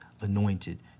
anointed